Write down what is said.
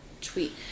tweet